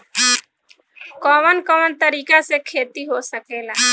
कवन कवन तरीका से खेती हो सकेला